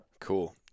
cool